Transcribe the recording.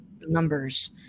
numbers